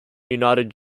united